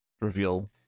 reveal